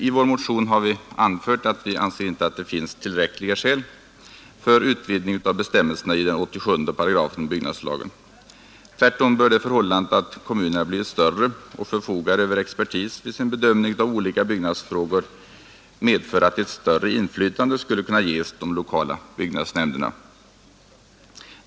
I vår motion har vi anfört att vi inte anser att det finns tillräckliga skäl för utvidgning av bestämmelserna i 87 § byggnadslagen. Tvärtom bör det förhållandet att kommunerna blivit större och förfogar över expertis vid sin bedömning av olika byggnadsfrågor medföra att ett större inflytande skulle kunna ges de lokala byggnadsnämnderna.